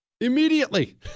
immediately